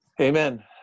Amen